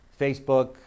Facebook